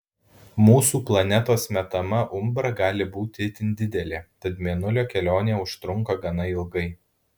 mūsų planetos metama umbra gali būti itin didelė tad mėnulio kelionė užtrunka gana ilgai